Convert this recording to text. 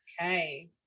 Okay